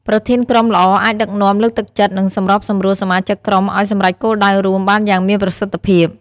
ប្រធានក្រុមល្អអាចដឹកនាំ លើកទឹកចិត្ត និងសម្របសម្រួលសមាជិកក្រុមឱ្យសម្រេចគោលដៅរួមបានយ៉ាងមានប្រសិទ្ធភាព។